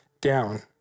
down